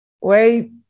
wait